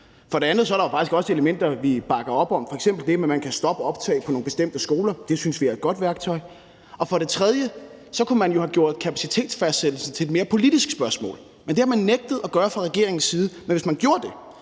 For det andet er der jo faktisk også elementer, vi bakker op om, f.eks. det med, at man kan stoppe optag på nogle bestemte skoler; det synes vi er et godt værktøj. Og for det tredje kunne man jo have gjort kapacitetsfastsættelse til et mere politisk spørgsmål, men det har man fra regeringens side nægtet at gøre,